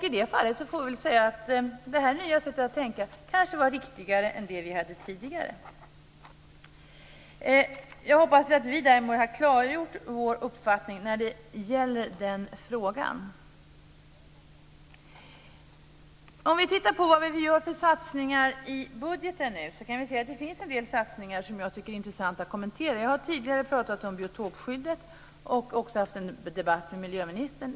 I det fallet får jag säga att det nya sättet att tänka kanske är riktigare än det tidigare. Jag hoppas att jag därmed har klargjort vår uppfattning när det gäller den frågan. Vad gör vi för satsningar i budgeten? Det finns en del satsningar som jag tycker är intressanta att kommentera. Jag har tidigare talat om biotopskyddet och också haft en debatt med miljöministern.